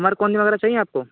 कमर कॉनली वगैरह चाहिए आपको